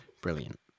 Brilliant